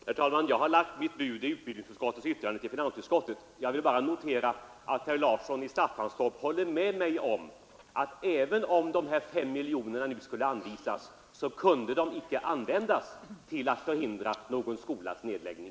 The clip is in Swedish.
Herr talman! Jag har lagt mitt bud i utbildningsutskottets yttrande till finansutskottet. Jag vill bara notera att herr Larsson i Staffanstorp nu håller med mig om att de här 5 miljonerna, även om de skulle anvisas, inte skulle kunna användas till att förhindra någon skolas nedläggning.